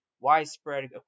widespread